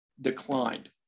declined